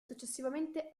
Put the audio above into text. successivamente